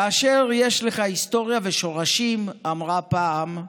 כאשר יש לך היסטוריה ושורשים, אמרה פעם,